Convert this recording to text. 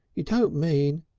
you don't mean